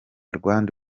rwanda